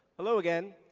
hello again.